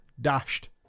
Dashed